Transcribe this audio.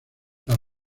las